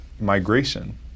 migration